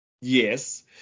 Yes